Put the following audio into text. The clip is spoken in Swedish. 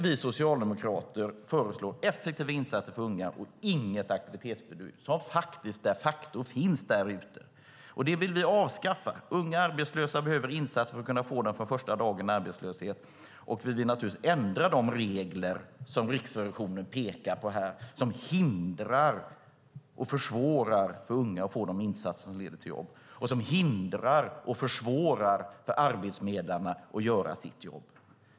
Vi socialdemokrater föreslår effektiva insatser för unga och inget aktivitetsförbud, som de facto finns därute. Det vill vi avskaffa. Unga arbetslösa behöver insatser från första dagen i arbetslöshet. Vi vill naturligtvis ändra de regler som Riksrevisionen pekar på som hindrar och försvårar för unga att få de insatser som leder till jobb, som hindrar och försvårar för arbetsförmedlarna att göra sitt jobb.